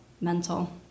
mental